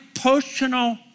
personal